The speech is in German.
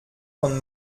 von